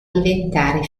diventare